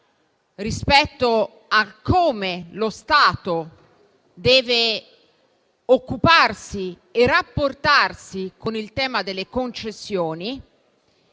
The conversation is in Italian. rispetto a come lo Stato deve occuparsi e rapportarsi con il tema delle concessioni.